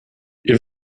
ihr